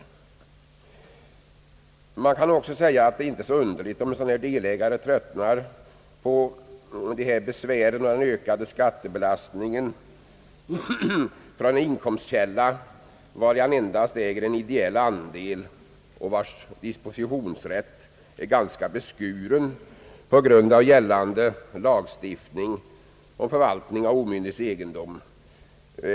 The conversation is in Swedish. Man kan också säga att det inte är så underligt om en sådan delägare tröttnar på de här besvären och den ökade skattebelastningen från en inkomstkälla, vari han endast äger en ideell andel och vars dispositionsrätt är ganska beskuren på grund av gällande lagstiftning om förvaltning av omyndigs egendom.